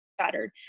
shattered